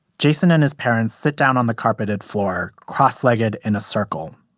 jason and his parents sit down on the carpeted floor cross-legged in a circle.